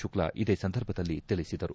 ಶುಕ್ಲಾ ಇದೇ ಸಂದರ್ಭದಲ್ಲಿ ತಿಳಿಸಿದರು